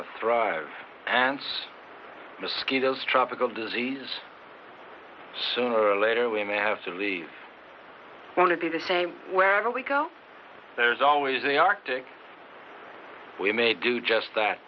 to thrive and mosquitoes tropical diseases sooner or later we may have to leave want to be the same wherever we go there's always the arctic we may do just that